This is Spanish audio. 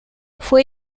fue